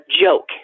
joke